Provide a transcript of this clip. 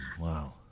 wow